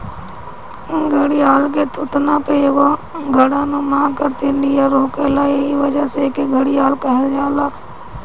घड़ियाल के थुथुना पे एगो घड़ानुमा आकृति नियर होखेला एही वजह से एके घड़ियाल कहल जाला